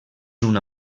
una